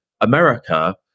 America